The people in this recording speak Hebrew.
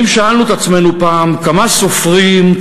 האם שאלנו את עצמנו פעם כמה סופרים,